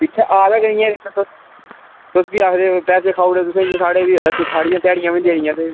इत्थै आए दा गै निं है रेत्ता तुस तुस भी आखदे पैसे खाई ओड़े तुसें इ'यां साढ़े बी साढ़ियां ध्याड़ियां बी निं देनियां ते